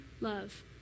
love